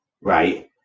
right